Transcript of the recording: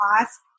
ask